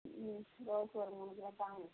ம் ரோஸு ஒரு மூணு கிலோ தாங்க